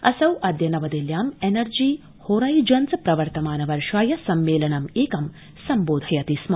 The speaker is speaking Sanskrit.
असौ अद्य नवदिल्ल्याम् एनर्जी होराइजन्स प्रर्वमानवर्षाय सम्मेलनमेकं सम्बोधयति स्म